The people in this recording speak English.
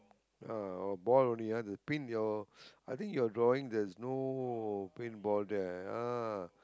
ah oh ball only ah the pin your I think your drawing there is no pin ball there ah